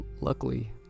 Luckily